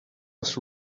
was